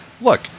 look